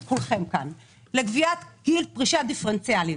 כולכם - לקביעת גיל פרישה דיפרנציאלי.